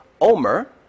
Omer